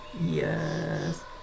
yes